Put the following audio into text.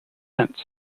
events